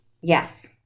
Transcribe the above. Yes